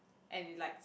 and it likes